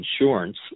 insurance